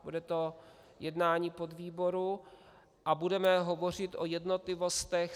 Bude to jednání podvýboru a budeme hovořit o jednotlivostech.